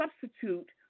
substitute